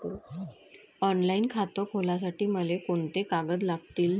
Online खातं खोलासाठी मले कोंते कागद लागतील?